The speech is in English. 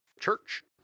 Church